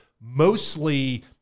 mostly